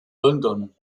london